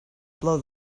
blow